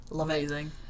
Amazing